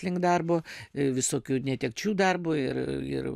link darbo visokių netekčių darbo ir ir